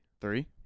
Three